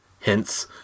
hence